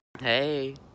Hey